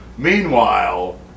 Meanwhile